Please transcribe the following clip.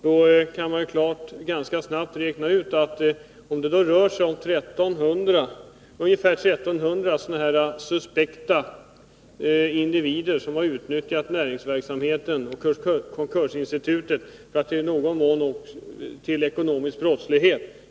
Då kan man ganska snabbt räkna ut att det rör sig om ca 1 300 ”suspekta” individer som har utnyttjat näringsverksamheten och konkursinstitutet till ekonomisk brottslighet.